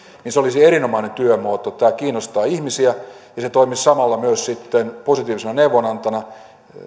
niin se olisi erinomainen työmuoto tämä kiinnostaa ihmisiä ja se toimisi samalla positiivisena neuvontana